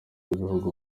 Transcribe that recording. b’igihugu